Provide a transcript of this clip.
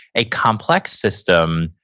a complex system,